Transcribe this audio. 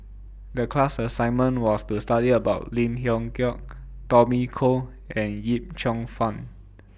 The class assignment was to study about Lim Leong Geok Tommy Koh and Yip Cheong Fun